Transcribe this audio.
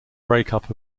breakup